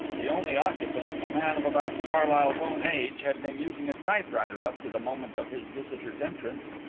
the only occupant, a man of about carlyle's own age, had been using a typewriter up to the moment of his visitor's entrance.